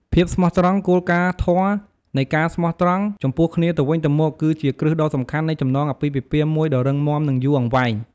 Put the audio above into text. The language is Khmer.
ភាពស្មោះត្រង់ គោលការណ៍ធម៌នៃការស្មោះត្រង់ចំពោះគ្នាទៅវិញទៅមក គឺជាគ្រឹះដ៏សំខាន់នៃចំណងអាពាហ៍ពិពាហ៍មួយដ៏រឹងមាំ និងយូរអង្វែង។